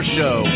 Show